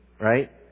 right